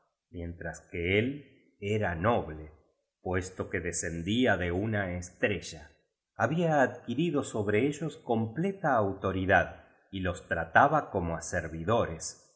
mientras que él era noble puesto que descendía de una estrella había adquirido sobre ellos completa autori dad y los trataba como á servidores